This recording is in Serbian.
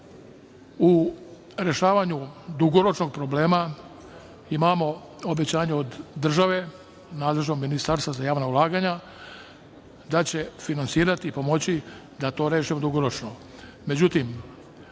rešavanju dugoročnog problema imamo obećanje od države, nadležnog ministarstva za javna ulaganja da će finansirati i pomoći da to rešimo dugoročno.